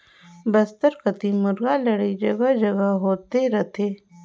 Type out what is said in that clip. बस्तर कति मुरगा लड़ई जघा जघा होत रथे